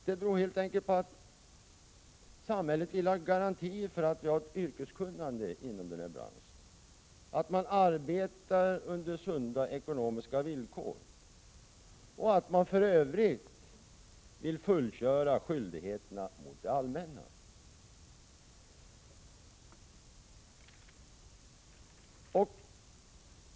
Det beror på att samhället vill ha garantier för yrkeskunnande inom branschen, att man arbetar på sunda ekonomiska villkor och att man för övrigt vill fullgöra skyldigheterna mot det allmänna.